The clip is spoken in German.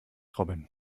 robin